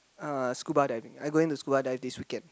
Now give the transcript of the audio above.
uh scuba diving I'm going scuba diving this weekend